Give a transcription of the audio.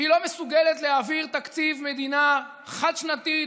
והיא לא מסוגלת להעביר תקציב מדינה חד-שנתי,